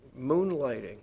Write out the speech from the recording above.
moonlighting